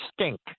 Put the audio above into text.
stink